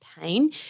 pain